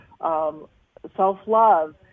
self-love